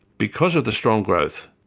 because of the strong growth,